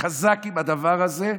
חזק עם הדבר הזה,